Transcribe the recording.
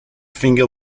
finger